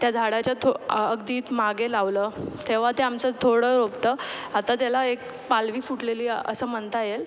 त्या झाडाच्या थो अगदी मागे लावलं तेव्हा ते आमचं थोडं रोपटं आता त्याला एक पालवी फुटलेली आहे असं म्हणता येईल